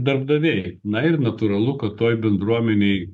darbdaviai na ir natūralu kad toj bendruomenėj